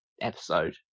episode